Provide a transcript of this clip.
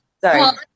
Sorry